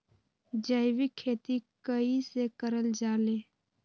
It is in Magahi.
जैविक खेती कई से करल जाले?